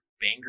banger